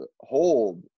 hold